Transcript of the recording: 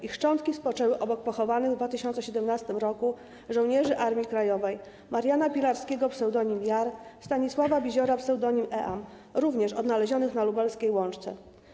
Ich szczątki spoczęły obok pochowanych w 2017 r. żołnierzy Armii Krajowej: Mariana Pilarskiego, pseud. „Jar”, i Stanisława Biziora, pseud. „Eam”, również odnalezionych na lubelskiej Łączce.